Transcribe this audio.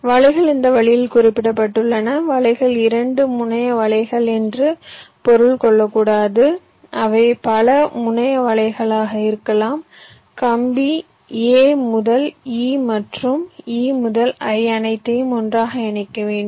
வலைகள் இந்த வழியில் குறிப்பிடப்பட்டுள்ளன வலைகள் இரண்டு முனைய வலைகள் என்று பொருள் கொள்ளக்கூடாது அவை பல முனைய வலைகளாக இருக்கலாம் கம்பி a முதல் e மற்றும் e முதல் i அனைத்தையும் ஒன்றாக இணைக்க வேண்டும்